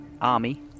army